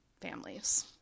families